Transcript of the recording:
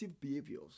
behaviors